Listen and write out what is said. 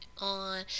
on